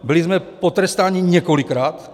Byli jsme potrestáni několikrát.